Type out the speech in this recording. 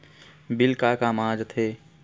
Bill का काम आ थे?